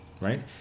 right